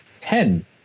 Ten